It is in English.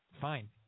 fine